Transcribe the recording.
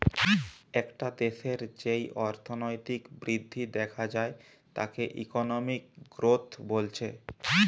একটা দেশের যেই অর্থনৈতিক বৃদ্ধি দেখা যায় তাকে ইকোনমিক গ্রোথ বলছে